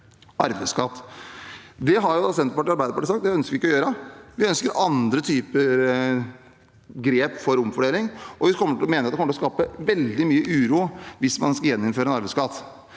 arveskatt. Senterpartiet og Arbeiderpartiet har sagt at det ønsker vi ikke å gjøre. Vi ønsker andre typer grep for omfordeling. Vi mener det kommer til å skape veldig mye uro hvis man skal gjeninnføre en arveskatt.